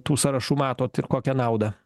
tų sąrašų matot ir kokią naudą